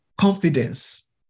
confidence